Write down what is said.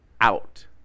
out